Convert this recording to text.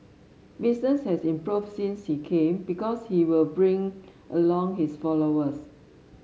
business has improved since he came because he'll bring along his followers